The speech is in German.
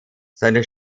seine